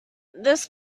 this